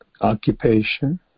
occupation